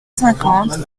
cinquante